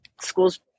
school's